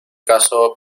caso